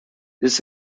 this